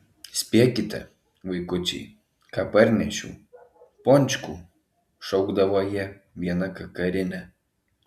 spėkite vaikučiai ką parnešiau pončkų šaukdavo jie viena kakarine